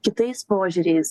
kitais požiūriais